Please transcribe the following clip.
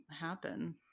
happen